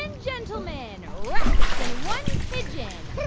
and gentlemen, rats and one pigeon,